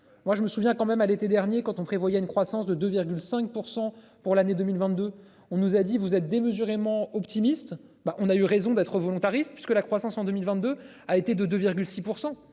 Moi je me souviens quand même à l'été dernier, quand on prévoyait une croissance de 2,5% pour l'année 2022, on nous a dit vous êtes démesurément optimistes bah on a eu raison d'être volontariste puisque la croissance en 2022 a été de 2,6